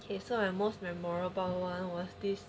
okay so I most memorable [one] was this